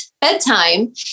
bedtime